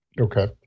Okay